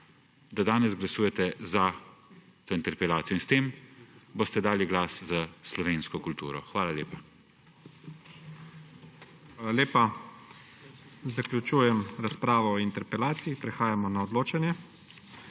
da danes glasujete za interpelacijo in s tem boste dali glas za slovensko kulturo. Hvala lepa. **PREDSEDNIK IGOR ZORČIČ:** Hvala lepa. Zaključujem razpravo o interpelaciji. Prehajamo na odločanje.